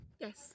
Yes